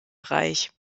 reich